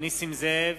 נסים זאב,